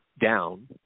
down